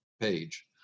page